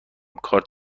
کارت